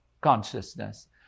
consciousness